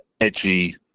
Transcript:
edgy